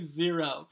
zero